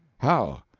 how?